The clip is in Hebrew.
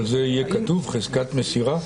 אבל יהיה כתוב "חזקת מסירה"?